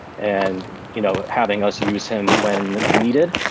and you know having us use him when needed,